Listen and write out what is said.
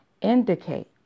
indicate